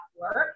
work